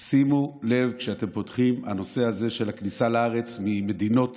שימו לב כשאתם פותחים: הנושא הזה של הכניסה לארץ ממדינות